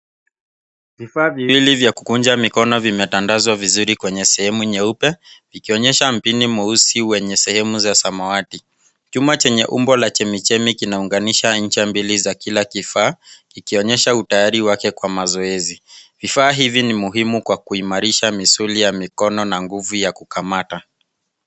Vifaa viwili vya kukunja mikono vimetandazwa vizuri kwenye sehemu nyeupe ikionyesha mpini mweusi wenye sehemu za samawati. Chuma chenye umbo la chemichemi kinaunganisha ncha mbili za kila kifaa kikionyesha utayari wake kwa mazoezi. Vifaa hivi ni muhimu kwa kuimarisha misuli ya mikono na nguvu ya kukamata.